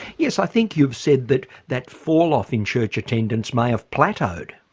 yes, i think you've said that that fall-off in church attendance may have plateaued?